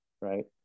right